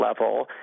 level